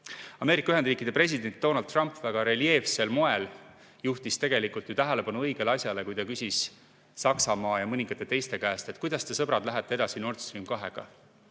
Ameerika Ühendriikide president Donald Trump juhtis väga reljeefsel moel tähelepanu õigele asjale, kui ta küsis Saksamaa ja mõningate teiste käest, et kuidas te, sõbrad, lähete edasi Nord Stream 2-ga.